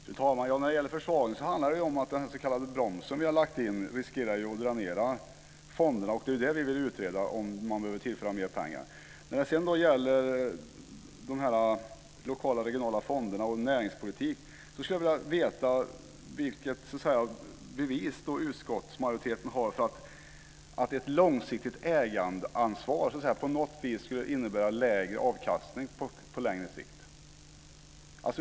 Fru talman! När det gäller försvagning handlar det ju om att den s.k. broms vi har lagt in riskerar att dränera fonderna. Det är därför vi vill utreda om man behöver tillföra mer pengar. När det sedan gäller de lokala och regionala fonderna och näringspolitik skulle jag vilja veta vilket bevis utskottsmajoriteten har för att ett långsiktigt ägaransvar på något vis skulle innebära lägre avkastning på längre sikt.